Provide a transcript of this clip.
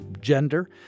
gender